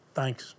thanks